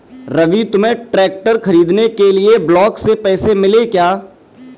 रवि तुम्हें ट्रैक्टर खरीदने के लिए ब्लॉक से पैसे मिले क्या?